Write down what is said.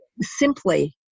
simply